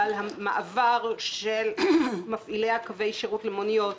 המעבר של מפעילי קווי השירות למוניות,